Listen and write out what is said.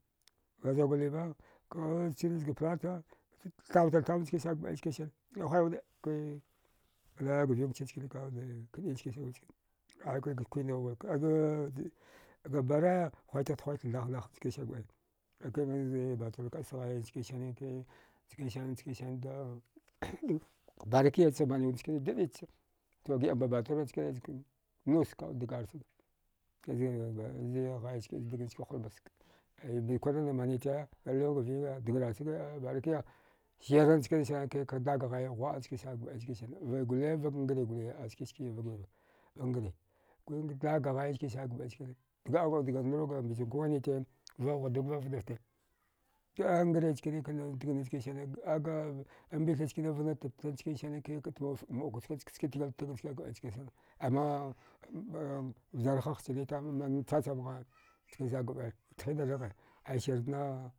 Dazauga lima ka chi nisga plata kachud thavtar thav chkane gabdai chkane ahuwai wuda kaike lawanga ving chkinsene kawud kəi chkan sene gabaraya huitigh thuita thahthah chkin sane ai kaze batura ka sghai chkan sani ke chken sanike chkensani chkinsani da karakya cha maniwud chkansani daəicha to giəamba batura chkane chkane nus kawud dgarsaga azai dga zai dagna chkane hurmbas bikurna damanita kaəri lawanga vinguwa dagrarsag barike sighista nghkansani kadag ghai ghuwaə chkansani gabəai chkansani vangule vag ngare gole askiski vagwira vagngre dagga ghai chkan sane dga ndruga mbachankwa wainite vavhuwa dag vavda fta angre chkansene dagna nchkane ambitha chkane vnatatta njkane sane məuka chkan nchkan ske tigiltag chkin sane amma vjarhagh channitama chachamghe nchkanisan gabəai thida raghe ai sirna.